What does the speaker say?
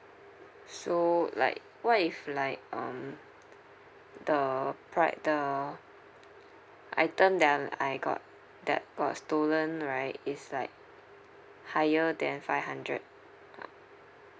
so like what if like um the pric~ the item that I'm I got that was stolen right is like higher than five hundred